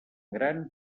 gran